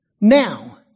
Now